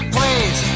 please